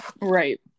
Right